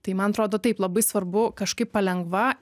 tai man atrodo taip labai svarbu kažkaip palengva